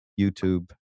youtube